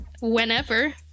whenever